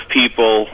people